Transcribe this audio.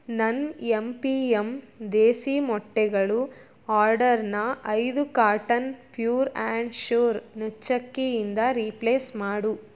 ನನ್ನ M P M desi ಮೊಟ್ಟೆಗಳ ಆರ್ಡರನ್ನ ಐದು ಕಾರ್ಟನ್ ಪ್ಯೂರ್ ಆ್ಯಂಡ್ ಶ್ಯೂರ್ ನುಚ್ಚಕ್ಕಿಯಿಂದ ರೀಪ್ಲೇಸ್ ಮಾಡು